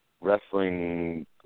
wrestling